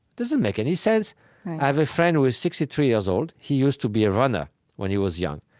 doesn't make any sense i have a friend who is sixty three years old. he used to be a runner when he was young.